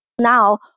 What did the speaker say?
Now